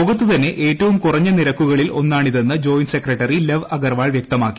ലോകത്ത് തന്നെ ഏറ്റവും കുറഞ്ഞ നിരക്കുകളിൽ ഒന്നാണിതെന്ന് ജോയിന്റ് സെക്രട്ടറി ലവ് അഗർവാൾ വ്യക്തമാക്കി